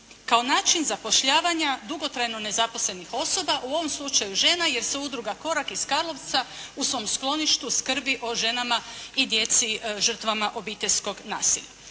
Kao način zapošljavanja dugotrajno nezaposlenih osoba u ovom slučaju žena, jer se udruga “Korak“ iz Karlovca u svom skloništu skrbi o ženama i djeci žrtvama obiteljskog nasilja.